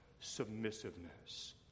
submissiveness